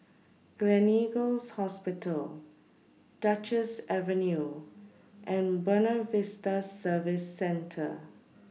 Gleneagles Hospital Duchess Avenue and Buona Vista Service Centre